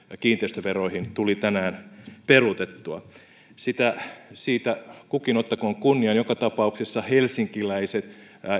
kiinteistöveroihin tuli tänään peruutettua siitä kukin ottakoon kunnian joka tapauksessa helsinkiläiset